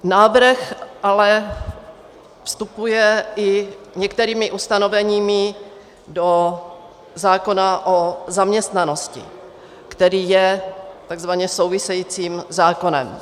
Návrh ale vstupuje i některými ustanoveními do zákona o zaměstnanosti, který je takzvaně souvisejícím zákonem.